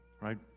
right